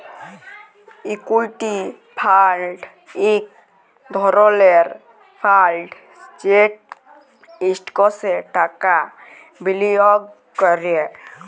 equity fund ইক ধরলের fund যেট ইস্টকসে টাকা বিলিয়গ ক্যরে